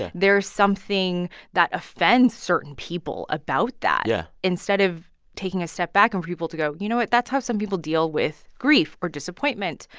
yeah there is something that offends certain people about that yeah instead of taking a step back and for people to go, you know what? that's how some people deal with grief or disappointment.